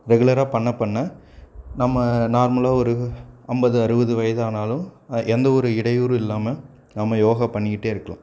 ரெகுலராக பண்ண பண்ண நம்ம நார்மலாக ஒரு ஐம்பது அறுபது வயதானாலும் எந்த ஒரு இடையூறும் இல்லாமல் நம்ம யோகா பண்ணிக்கிட்டே இருக்கலாம்